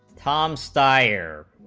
column steier